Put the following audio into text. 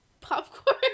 popcorn